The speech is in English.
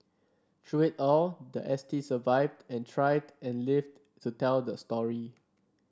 through it all the S T survived and thrived and lived to tell the story